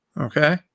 okay